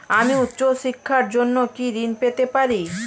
আমি উচ্চশিক্ষার জন্য কি ঋণ পেতে পারি?